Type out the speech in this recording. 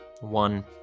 one